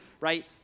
right